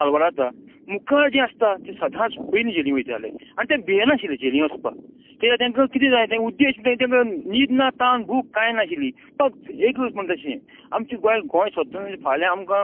साल्वार जाता मुखार जें आसता तें सदांच पयली जेलीं वयतालें आनी तें भियेनाशिल्लें झेलीं वचपाक कित्याक तेंका कितें जाय तें उद्देश तें तेंका न्हीद ना तान भूक कांय नाशिल्ली फक्त एकच म्हणटा तशें आमचें गोंय गोंय स्वतन फाल्यां आमकां